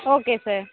okay sir